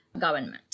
government